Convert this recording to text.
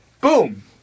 boom